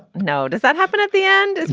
no. does that happen at the end?